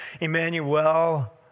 Emmanuel